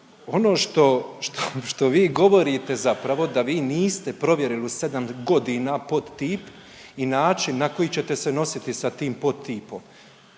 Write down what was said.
što, što vi govorite zapravo da vi niste provjerili 7 godina podtip i način na koji ćete se nositi sa tim podtipom,